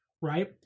right